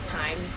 time